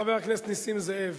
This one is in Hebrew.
חבר הכנסת נסים זאב,